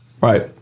Right